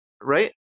right